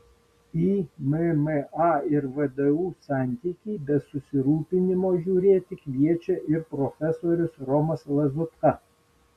į mma ir vdu santykį be susirūpinimo žiūrėti kviečia ir profesorius romas lazutka